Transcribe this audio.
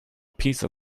piece